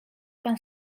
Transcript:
pan